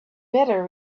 better